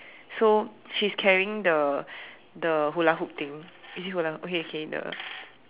so she's carrying the the Hula hoop thing is it hula okay okay the